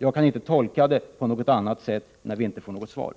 Jag kan inte på något annat sätt tolka det förhållandet att vi inte får något svar